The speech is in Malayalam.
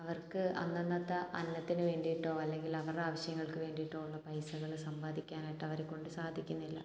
അവർക്ക് അന്നന്നത്തെ അന്നത്തിന് വേണ്ടീട്ടോ അല്ലെങ്കിൽ അവരുടെ ആവശ്യങ്ങൾക്ക് വേണ്ടീട്ടോ ഉള്ള പൈസകൾ സമ്പാദിക്കാനായിട്ട് അവരെ കൊണ്ട് സാധിക്കുന്നില്ല